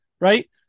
Right